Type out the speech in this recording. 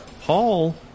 Paul